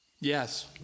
Yes